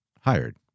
hired